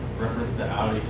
reference to audi